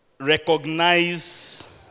Recognize